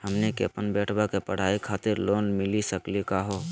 हमनी के अपन बेटवा के पढाई खातीर लोन मिली सकली का हो?